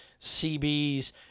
CBs